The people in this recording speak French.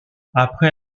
après